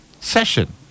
session